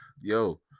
yo